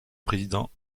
président